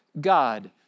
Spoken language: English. God